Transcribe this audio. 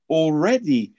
already